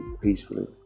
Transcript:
peacefully